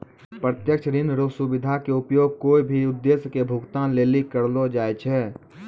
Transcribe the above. प्रत्यक्ष ऋण रो सुविधा के उपयोग कोय भी उद्देश्य के भुगतान लेली करलो जाय छै